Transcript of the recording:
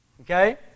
Okay